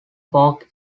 fork